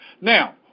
Now